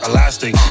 Elastic